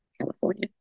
california